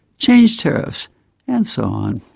change tariffs and so on.